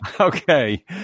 okay